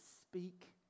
speak